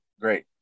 great